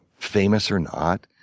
famous or not.